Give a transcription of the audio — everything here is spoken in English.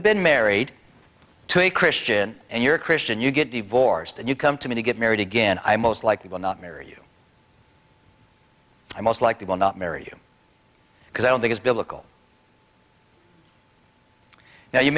been married to a christian and you're a christian you get divorced and you come to me to get married again i most likely will not marry you i most likely will not marry you because i don't think it's biblical now you